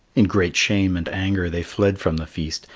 in great shame and anger they fled from the feast,